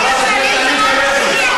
תשבי ותקשיבי.